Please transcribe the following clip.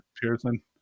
Pearson